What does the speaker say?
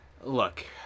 Look